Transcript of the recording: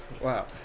Wow